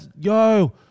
yo